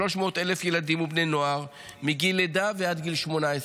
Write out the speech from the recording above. ילדים ובני נוער מגיל לידה ועד גיל 18,